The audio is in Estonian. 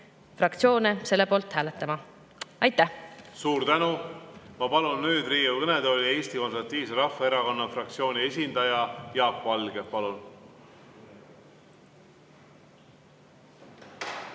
fraktsioone selle poolt hääletama. Aitäh! Suur tänu! Ma palun nüüd Riigikogu kõnetooli Eesti Konservatiivse Rahvaerakonna fraktsiooni esindaja Jaak Valge. Palun!